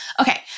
okay